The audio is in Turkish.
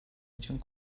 için